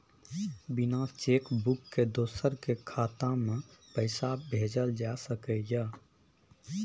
बिना cheque book के दोसर के खाता में पैसा भेजल जा सकै ये?